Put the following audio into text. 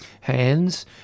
hands